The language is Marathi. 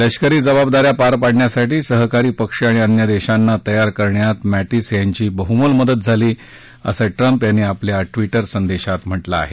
लष्करी जबाबदा या पार पाडण्यासाठी सहकारी पक्ष आणि अन्य देशांना तयार करण्यात मॅटिस यांची बहमोल मदत झाली असं ट्रम्प यांनी आपल्या ट्विटर संदेशात म्हटलं आहे